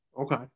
Okay